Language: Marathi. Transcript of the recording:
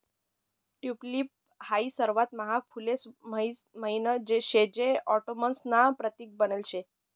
टयूलिप हाई सर्वात महाग फुलेस म्हाईन शे जे ऑटोमन्स ना प्रतीक बनेल शे